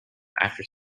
after